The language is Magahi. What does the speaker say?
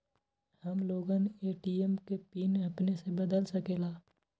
हम लोगन ए.टी.एम के पिन अपने से बदल सकेला?